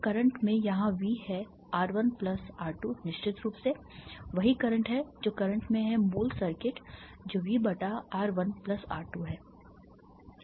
तो करंट में यहां V है R1 प्लस R2 निश्चित रूप से वही करंट है जो करंट में है मूल सर्किट जो V बटा R 1 प्लस R 2 है